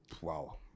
wow